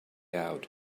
out